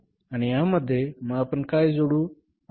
आणि यामध्ये मग आपण काय जोडू